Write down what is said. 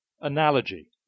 analogy